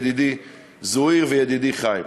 ידידי זוהיר וידידי חיים.